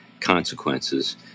consequences